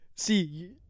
See